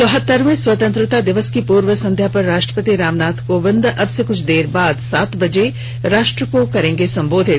चौहतरवें स्वतंत्रता दिवस की पूर्व संध्या पर राश्ट्रपति रामनाथ कोविंद अबसे कुछ देर बाद सात बजे राश्ट्र को करेंगे संबोधित